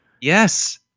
yes